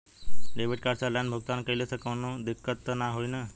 Debit card से online भुगतान कइले से काउनो दिक्कत ना होई न?